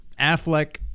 Affleck